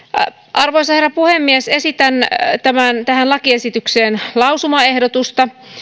arvoisa herra puhemies esitän tähän lakiesitykseen lausumaehdotusta